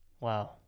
Wow